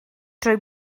trwy